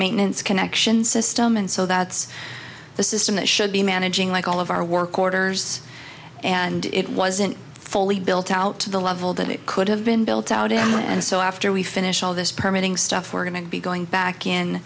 maintenance connection system and so that's the system that should be managing like all of our work orders and it wasn't fully built out to the level that it could have been built out in the end so after we finish all this permitting stuff we're going to be going back